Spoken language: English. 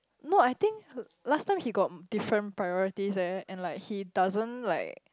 no I think last time he got different priorities eh and like he doesn't like